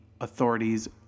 authorities